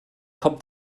kommt